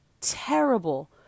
terrible